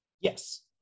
Yes